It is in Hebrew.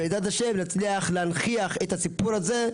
בעזרת השם נצליח להנכיח את הסיפור הזה,